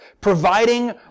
providing